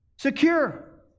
secure